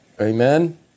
Amen